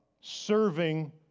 serving